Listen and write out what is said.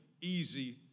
easy